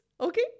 Okay